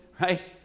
right